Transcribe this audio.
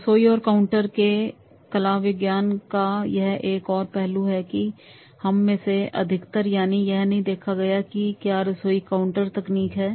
रसोई और काउंटर के कलाविज्ञान का यह एक और पहलू है जो हम में से अधिकतर है शायद यह नहीं देखा गया है कि क्या रसोई और काउंटर तकनीक है